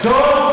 דב,